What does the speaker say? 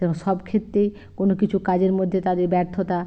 তেমন সব ক্ষেত্রেই কোনো কিছু কাজের মধ্যে তাদের ব্যর্থতা